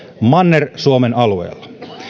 manner suomen alueella